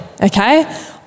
okay